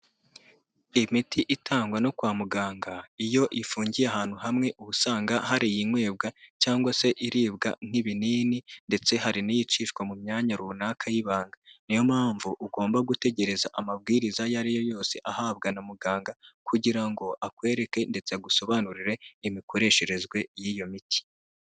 Imiti itangwa no kwa muganga iyo ifungiye ahantu hamwe uba usanga hari inyobwa cyangwa se iribwa nk'ibinini ndetse hari n'iyicishwa mu myanya runaka y'ibanga niyo mpamvu ugomba gutegereza amabwiriza ayo ari yo yose ahabwa na muganga kugira ngo akwereke ndetse agusobanurire imikoreshereze y'iyo miti.